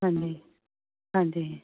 ਹਾਂਜੀ ਹਾਂਜੀ